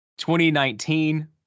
2019